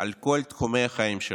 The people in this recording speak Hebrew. על כל תחומי החיים שלנו: